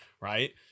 right